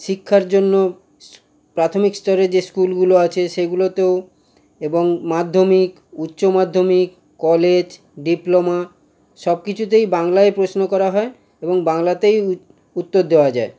শিক্ষার জন্য প্রাথমিক স্তরে যে স্কুলগুলো আছে সেগুলো তো এবং মাধ্যমিক উচ্চমাধ্যমিক কলেজ ডিপ্লোমা সব কিছুতেই বাংলায় প্রশ্ন করা হয় এবং বাংলাতেই উত্তর দেওয়া যায়